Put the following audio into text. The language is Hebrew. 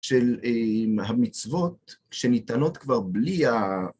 של המצוות שניתנות כבר בלי ה...